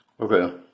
Okay